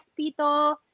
Pito